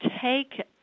take